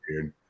dude